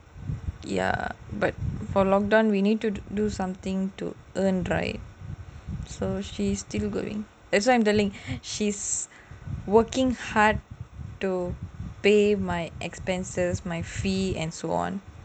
ya but for lockdown we need to do something to earn right so she's still going that's why I'm telling she's working hard to pay my expenses my fee and so on